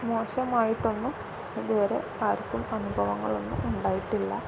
മോശമായിട്ടൊന്നും ഇതുവരെ ആർക്കും അനുഭവങ്ങളൊന്നും ഉണ്ടായിട്ടില്ല